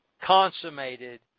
consummated